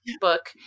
book